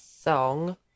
song